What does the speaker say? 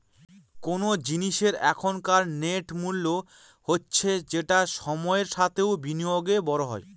কোন জিনিসের এখনকার নেট মূল্য হচ্ছে যেটা সময়ের সাথে ও বিনিয়োগে বড়ো হয়